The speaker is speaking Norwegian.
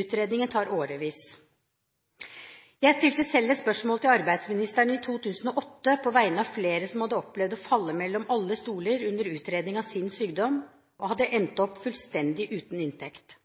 Utredningen tar år. Jeg stilte selv et spørsmål til arbeidsministeren i 2008 på vegne av flere som hadde opplevd å falle mellom to stoler under utredning av sykdommen sin, og som hadde endt opp fullstendig uten inntekt.